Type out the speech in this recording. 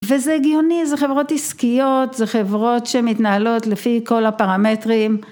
וזה הגיוני, זה חברות עסקיות, זה חברות שמתנהלות לפי כל הפרמטרים.